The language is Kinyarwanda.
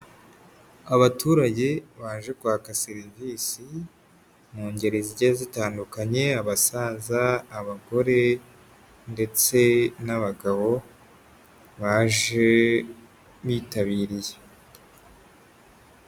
Abaturage baje kwaka serivisi mu ngeri zigiye zitandukanye, abasaza, abagore ndetse n'abagabo baje bitabiriye.